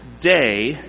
day